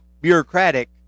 bureaucratic